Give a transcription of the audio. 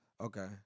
Okay